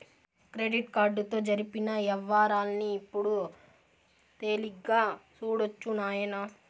credit కార్డుతో జరిపిన యవ్వారాల్ని ఇప్పుడు తేలిగ్గా సూడొచ్చు నాయనా